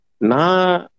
Na